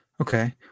Okay